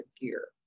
gear